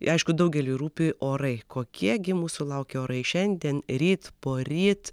aišku daugeliui rūpi orai kokie gi mūsų laukia orai šiandien ryt poryt